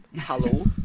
Hello